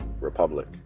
republic